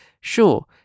Sure